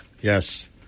Yes